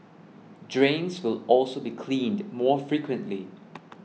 drains will also be cleaned more frequently